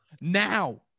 Now